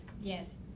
Yes